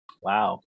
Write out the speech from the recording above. wow